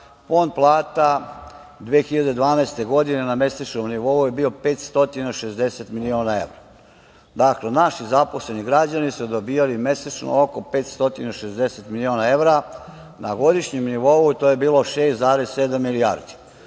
fond plata 2012. godine, na mesečnom nivou je bio 560 miliona evra. Dakle, naši zaposleni građani su dobijali mesečno oko 560 miliona evra. Na godišnjem nivou to je bilo 6,7 milijardi.